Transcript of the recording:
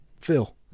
Phil